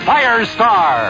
Firestar